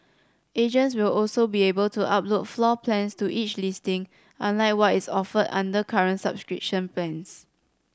agents will also be able to upload floor plans to each listing unlike what is offered under current subscription plans